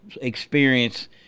experience